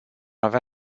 avea